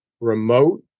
remote